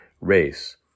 race